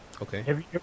Okay